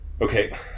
Okay